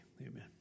Amen